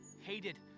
hated